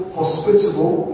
hospitable